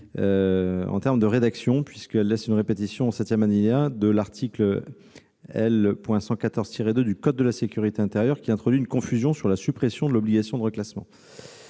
en termes de rédaction : il y a une répétition au septième alinéa de l'article L. 114-2 du code de la sécurité intérieure, ce qui introduit une confusion quant à la suppression de l'obligation de reclassement.